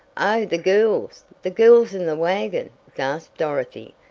the girls! the girls in the wagon! gasped dorothy,